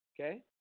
Okay